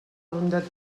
bondat